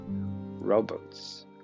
robots